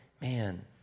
man